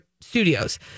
studios